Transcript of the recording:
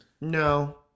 No